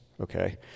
okay